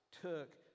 took